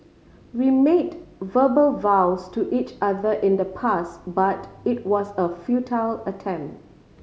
we made verbal vows to each other in the past but it was a futile attempt